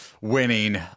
winning